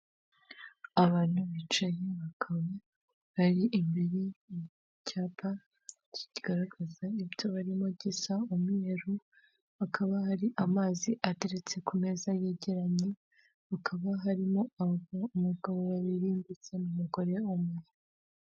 Abantu bicaye mu nyubako , bari imbere mucyapa kigaragaza ibyo barimo gisa umweru, hakaba hari amazi ateretse ku meza yegeranye, hakaba harimo abagabo babiri ndetse n'umugore umwe.